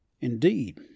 Indeed